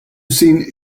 seen